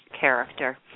character